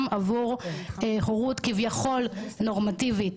גם עבור הורות כביכול נורמטיבית,